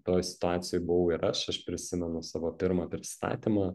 toj situacijoj buvau ir aš aš prisimenu savo pirmą pristatymą